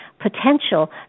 potential